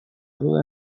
duda